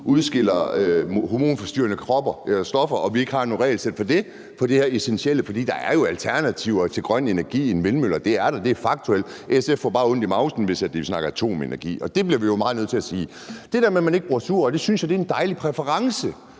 udskiller hormonforstyrrende stoffer, når vi ikke har et regelsæt for det her essentielle problem. For der er jo andre alternativer til grøn energi end vindmøller. Det er der; det er faktuelt. SF får bare ondt i mavsen, hvis vi snakker atomenergi. Og det bliver vi jo bare nødt til at sige. Det der med, at man ikke bruger sugerør, er en dejlig præference.